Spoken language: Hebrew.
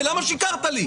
למה שיקרת לי?